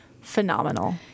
phenomenal